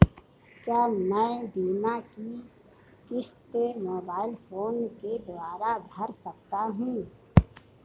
क्या मैं बीमा की किश्त मोबाइल फोन के द्वारा भर सकता हूं?